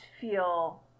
feel